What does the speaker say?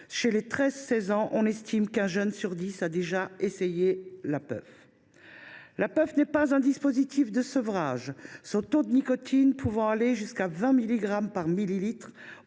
Chez les 13 16 ans, on estime qu’un jeune sur dix a déjà essayé la “puff”. « La puff n’est pas un dispositif de sevrage. Son taux de nicotine pouvant aller jusqu’à 20 milligrammes par millilitre